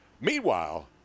Meanwhile